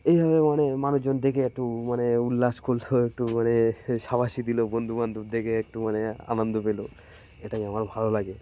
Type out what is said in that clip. এইভাবে মানে মানুষজন দেখে একটু মানে উল্লাস করলো একটু মানে সাবাসী দিল বন্ধুবান্ধব দেখে একটু মানে আনন্দ পেলো এটাই আমার ভালো লাগে